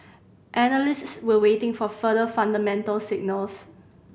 analysts were waiting for further fundamental signals